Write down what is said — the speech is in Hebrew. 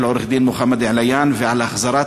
של עורך-הדין מוחמד עליאן ועל החזרת